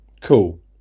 cool